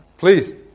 Please